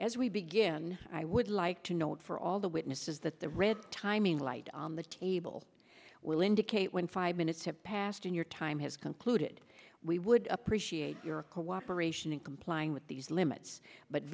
as we begin i would like to note for all the witnesses that the red timing light on the table will indicate when five minutes have passed and your time has come clude we would appreciate your cooperation in complying with these limits but